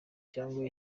cyangwa